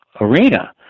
arena